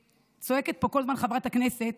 צועקת פה כל הזמן חברת הכנסת